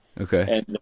okay